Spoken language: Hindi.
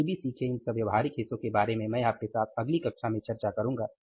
तो एबीसी के इन सब व्यावहारिक हिस्सों के बारे में मैं आपके साथ अगली कक्षा में चर्चा करूंगा